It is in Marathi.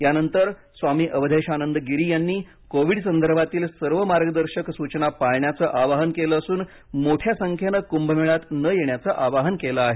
यानंतर स्वामी अवधेशानंद गिरी यांनी कोविड संदर्भातील सर्व मार्गदर्शक सूचना पाळण्याचं आवाहन केलं असून मोठ्या संख्येने कुंभमेळ्यात न येण्याचं आवाहन केलं आहे